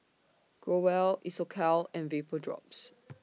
Growell Isocal and Vapodrops